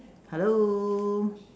hello